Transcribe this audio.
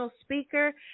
speaker